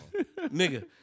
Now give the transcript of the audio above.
Nigga